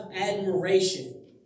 admiration